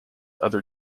other